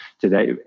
today